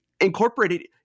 incorporated